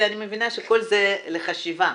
כל זה לחשיבה,